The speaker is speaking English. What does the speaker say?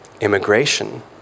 Immigration